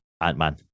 Ant-Man